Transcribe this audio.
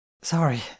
Sorry